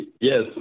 Yes